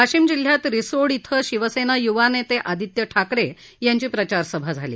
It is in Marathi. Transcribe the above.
वाशिम जिल्ह्यात रिसोड इथं शिवसेना युवा नेते आदित्य ठाकरे यांची प्रचारसभा झाली